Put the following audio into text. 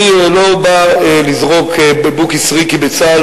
אני לא בא לזרוק בוקי סריקי בצה"ל,